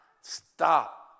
stop